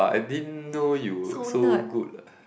!wah! I didn't know you were so good ah